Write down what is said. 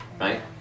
Right